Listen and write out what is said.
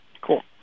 Cool